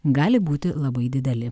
gali būti labai dideli